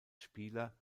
spieler